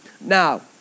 now